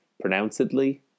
pronouncedly